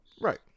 Right